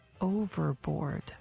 Overboard